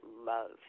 love